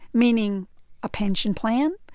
meaning a pension plan,